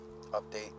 update